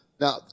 Now